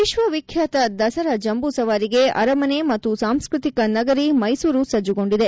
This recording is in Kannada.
ವಿಶ್ವವಿಖ್ಣಾತ ದಸರಾ ಜಂಬೂಸವಾರಿಗೆ ಅರಮನೆ ಮತ್ತು ಸಾಂಸ್ಕೃತಿಕ ನಗರಿ ಮೈಸೂರು ಸಜ್ಜುಗೊಂಡಿದೆ